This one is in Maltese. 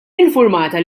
infurmata